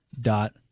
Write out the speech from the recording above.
dot